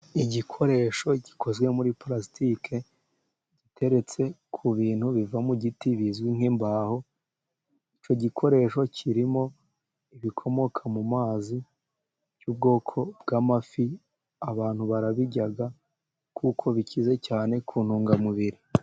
Igikoresho gikozwe muri pulastike, giteretse ku bintu bivamo giti bizwi nk'imbaho, icyo gikoresho kirimo ibikomoka mu mazi by'ubwoko bw'amafi, abantu barabirya kuko bikize cyane ku ntungamubiri.